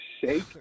shake